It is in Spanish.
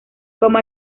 como